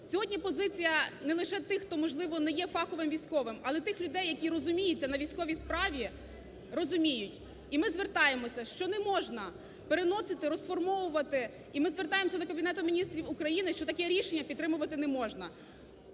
Сьогодні позиція не лише тих, хто, можливо, не є фаховим військовим, але тих людей, які розуміються на військовій справі, розуміють, і ми звертаємося, що неможна переносити, розформовувати. І ми звертаємося до Кабінету Міністрів України, що таке рішення підтримувати неможна.